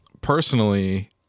personally